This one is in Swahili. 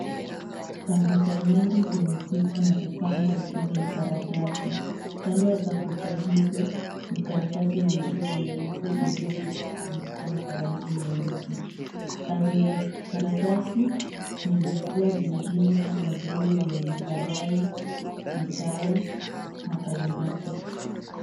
Sambusa nyingi zimepikwa na kupangwa juu ya karatasi. Kando ya sambusa hizo, ni karatasi nyingine nyeupe iliyoshikwa kwa mkono wa rangi nyeusi. Kando ya karatasi ni vyakula vingine kama vile viazi karai, mitai na kaimati.